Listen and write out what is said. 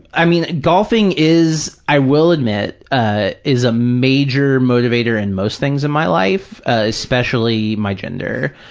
i mean, golfing is, i will admit, ah is a major motivator in most things in my life, especially my gender.